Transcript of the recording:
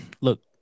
look